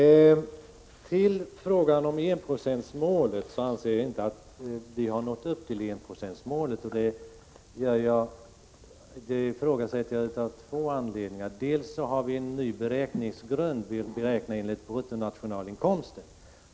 Vad beträffar enprocentsmålet vill jag säga att jag inte anser att vi har nått upp till detta mål. Jag vidhåller detta av två anledningar. För det första tillämpas en ny beräkningsgrund, enligt vilken procentsatsen fastställs med utgångspunkt i bruttonationalinkomsten.